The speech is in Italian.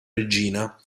regina